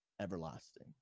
everlasting